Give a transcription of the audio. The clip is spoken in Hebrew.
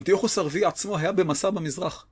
דיוחוס ערבי עצמו היה במסע במזרח.